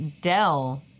Dell